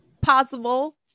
possible